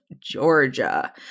Georgia